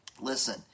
listen